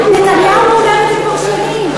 נתניהו אומר את זה כבר שנים,